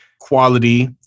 quality